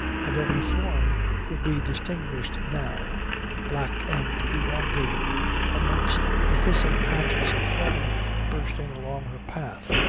her very form could be distinguished now black and elongated amongst the hissing patches of foam bursting along her path.